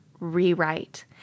rewrite